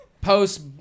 post